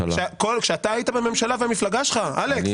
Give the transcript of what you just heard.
כשאתה והמפלגה שלך, אלכס, הייתם בממשלה.